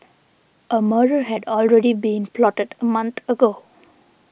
a murder had already been plotted a month ago